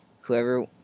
Whoever